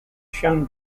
shown